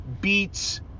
beats